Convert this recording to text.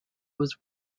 was